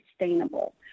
sustainable